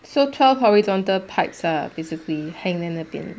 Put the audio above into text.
so twelve horizontal pipes lah basically hang 在那边